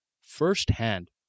firsthand